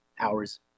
hours